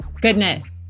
goodness